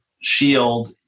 shield